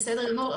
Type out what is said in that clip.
בסדר גמור.